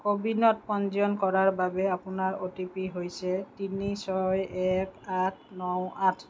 ক'বিনত পঞ্জীয়ন কৰাৰ বাবে আপোনাৰ অ' টি পি হৈছে তিনি ছয় এক আঠ ন আঠ